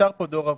נוצר פה דור אבוד,